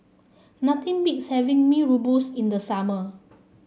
nothing beats having Mee Rebus in the summer